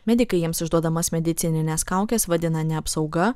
medikai jiems išduodamas medicinines kaukes vadina ne apsauga